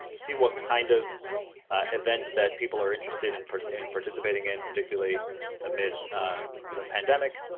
and see what kind of events that people are interested in in participating in, particularly amid the pandemic,